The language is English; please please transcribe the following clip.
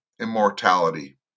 immortality